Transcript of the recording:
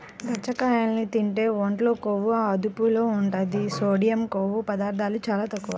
దాచ్చకాయల్ని తింటే ఒంట్లో కొవ్వు అదుపులో ఉంటది, సోడియం, కొవ్వు పదార్ధాలు చాలా తక్కువ